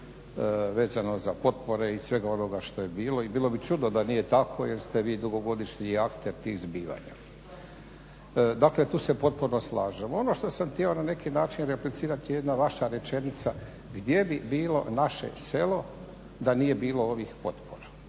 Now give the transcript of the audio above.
vezano za potpore i svega onoga što je bilo i bilo bi čudno da nije tako jer ste vi dugogodišnji akter tih zbivanja. Dakle, tu se potpuno slažemo. Ono što sam htio na neki način replicirati jedna vaša rečenica gdje bi bilo naše selo da nije bilo ovih potpora,